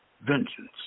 vengeance